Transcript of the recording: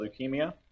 leukemia